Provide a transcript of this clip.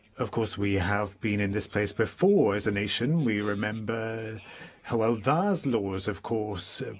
of course, we have been in this place before as a nation. we remember hywel dda's laws, of course,